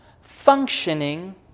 functioning